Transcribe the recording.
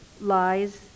lies